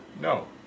no